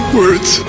words